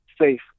safe